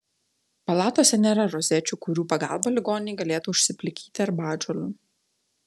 palatose nėra rozečių kurių pagalba ligoniai galėtų užsiplikyti arbatžolių